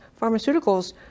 pharmaceuticals